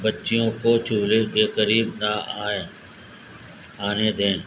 بچیوں کو چولہے کے قریب نہ آئیں آنے دیں